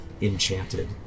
enchanted